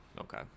Okay